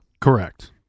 correct